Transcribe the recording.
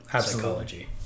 psychology